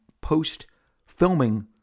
post-filming